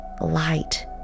light